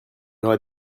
aura